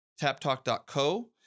taptalk.co